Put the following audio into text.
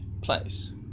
place